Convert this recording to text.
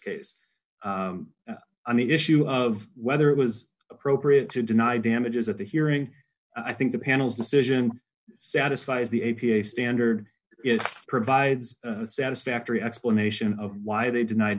case on the issue of whether it was appropriate to deny damages at the hearing i think the panel's decision satisfies the a p a standard is provides satisfactory explanation of why they denied